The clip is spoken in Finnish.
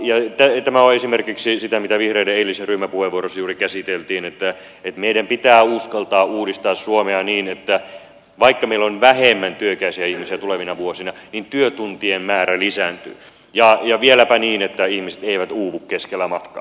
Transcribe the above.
tämä on esimerkiksi sitä mitä vihreiden eilisessä ryhmäpuheenvuorossa juuri käsiteltiin että meidän pitää uskaltaa uudistaa suomea niin että vaikka meillä on vähemmän työikäisiä ihmisiä tulevina vuosina niin työtuntien määrä lisääntyy ja vieläpä niin että ihmiset eivät uuvu keskellä matkaa